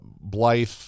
Blythe